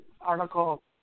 Article